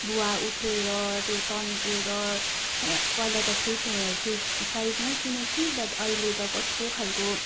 भुवा उठेर त्यो तन्केर पहिला त फिट हु फिट साइज नै किनेको थिएँ बट् अहिले त कस्तो खालको